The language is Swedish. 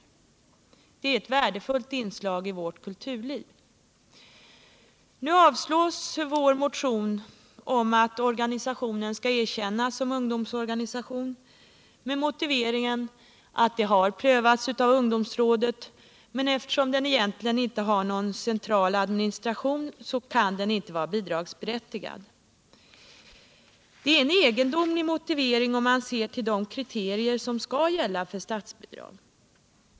Kontaktnätet är ett värdefullt inslag i vårt kulturliv. Nu avstyrks vår motion om att Kontaktnätet skall erkännas som ungdomsorganisation med motiveringen att frågan har prövats av ungdomsrådet. men eftersom Kontaktnätet inte har någon egentlig central administration kan organisationen inte vara bidragsberättigad. Det är en cgendomlig motivering, om man ser till de kriterier som skall gälla för statsbidrag.